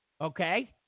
Okay